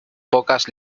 pocas